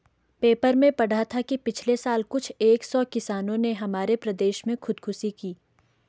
paper में पढ़ा था कि पिछले साल कुल एक सौ किसानों ने हमारे प्रदेश में खुदकुशी की